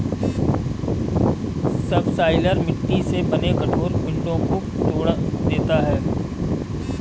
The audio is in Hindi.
सबसॉइलर मिट्टी से बने कठोर पिंडो को तोड़ देता है